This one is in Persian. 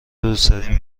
روسری